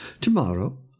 Tomorrow